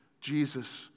Jesus